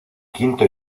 quinto